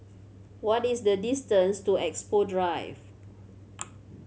what is the distance to Expo Drive